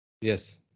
Yes